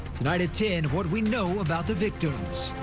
tonight at ten what we know about the victim.